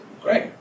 Great